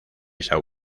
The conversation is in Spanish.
são